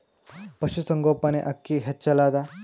ಪಶುಸಂಗೋಪನೆ ಅಕ್ಕಿ ಹೆಚ್ಚೆಲದಾ?